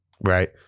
Right